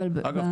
אגב,